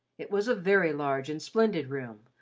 it was a very large and splendid room,